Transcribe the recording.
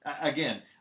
Again